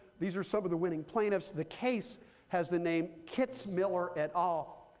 these are some of the winning plaintiffs. the case has the name kitzmiller, et al,